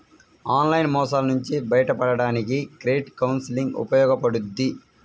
online మోసాల నుంచి బయటపడడానికి క్రెడిట్ కౌన్సిలింగ్ ఉపయోగపడుద్ది